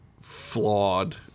flawed